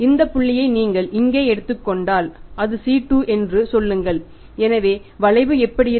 இந்த புள்ளியை நீங்கள் இங்கே எடுத்துக் கொண்டால் அது C 2 என்று சொல்லுங்கள் எனவே வளைவு எப்படி இருக்கும்